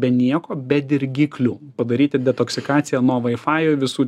be nieko be dirgiklių padaryti detoksikaciją no vaifajų visų